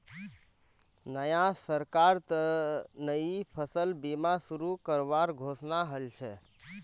नया सरकारत नई फसल बीमा शुरू करवार घोषणा हल छ